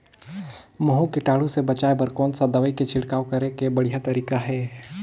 महू कीटाणु ले बचाय बर कोन सा दवाई के छिड़काव करे के बढ़िया तरीका हे?